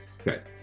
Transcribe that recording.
Okay